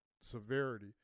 severity